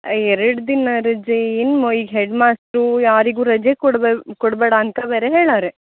ಎರಡು ದಿನ ರಜೆ ಏನು ಮಾ ಹೆಡ್ ಮಾಸ್ಟ್ರು ಯಾರಿಗು ರಜೆ ಕೊಡಬೇಡ ಕೊಡಬೇಡಾ ಅಂತ ಬೇರೆ ಹೇಳರೆ